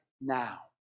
now